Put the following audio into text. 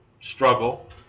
struggle